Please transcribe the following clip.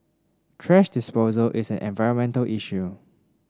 thrash disposal is an environmental issue